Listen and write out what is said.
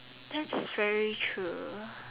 that's very true